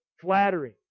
flattery